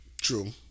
True